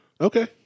Okay